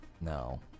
No